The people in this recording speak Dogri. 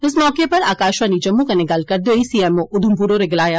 इस मौके उप्पर आकाशवाणी जम्मू कन्नै गल्ल करदे होई सीएमओ उधमपुर होरें गलाया